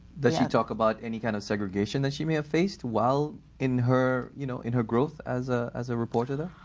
she talk about any kind of segregation that she may have faced while in her you know in her growth as ah as a reporter there?